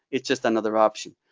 it's just another option.